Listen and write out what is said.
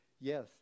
Yes